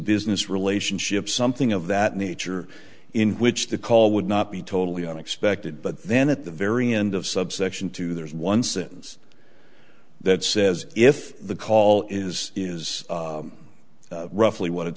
business relationship something of that nature in which the call would not be totally unexpected but then at the very end of subsection two there is one sentence that says if the call is is roughly what it